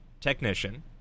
technician